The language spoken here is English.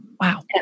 Wow